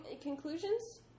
conclusions